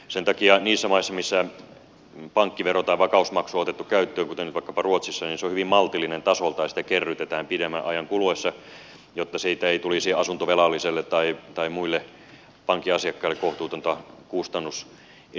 sen takia niissä maissa missä pankkivero tai vakausmaksu on otettu käyttöön kuten nyt vaikkapa ruotsissa se on hyvin maltillinen tasoltaan sitä kerrytetään pidemmän ajan kuluessa jotta siitä ei tulisi asuntovelallisille tai muille pankin asiakkaille kohtuutonta kustannuserää